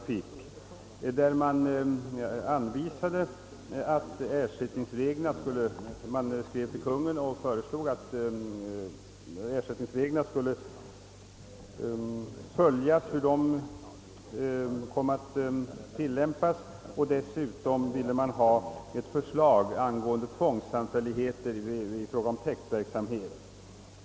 Riksdagen hemställde därvid i skrivelse till Kungl. Maj:t att Kungl. Maj:t skulle följa tilllämpningen av ersättningsreglerna och begärde dessutom förslag angående tvångssamfälligheter i fråga om täktverksamhet.